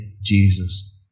Jesus